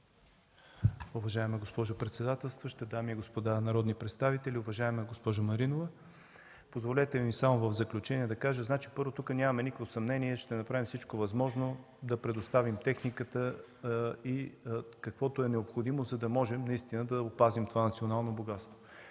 Уважаема госпожо председателстваща, дами и господа народни представители! Уважаема госпожо Маринова, позволете ми в заключение само да кажа, че тук нямаме никакво съмнение и ще направим всичко възможно да предоставим техниката и каквото е необходимо, за да можем наистина да опазим това национално богатство.